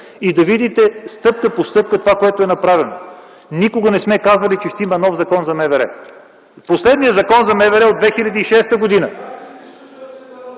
за да видите стъпка по стъпка това, което е направено. Никога не сме казали, че ще има нов Закон за МВР. Последният закон за МВР е от 2006 г.